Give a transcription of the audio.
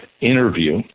interview